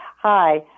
Hi